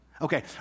Okay